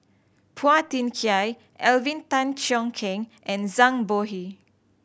Phua Thin Kiay Alvin Tan Cheong Kheng and Zhang Bohe